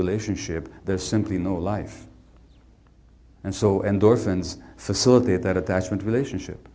relationship there's simply no life and so endorphins facilitate that attachment relationship